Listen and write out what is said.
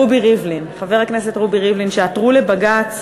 וחבר הכנסת רובי ריבלין, שעתרו לבג"ץ